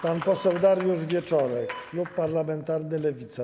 Pan poseł Dariusz Wieczorek, klub parlamentarny Lewica.